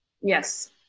Yes